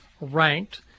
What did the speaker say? ranked